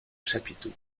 chapiteau